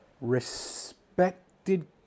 respected